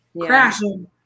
crashing